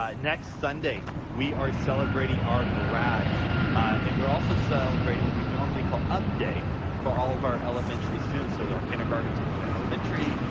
next sunday we are celebrating our grads and we're also celebrating what we normally call up day for all of our elementary students so our kindergarten is going to elementary,